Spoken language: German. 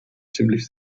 ziemlich